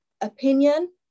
opinion